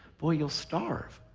boy, you'll starve.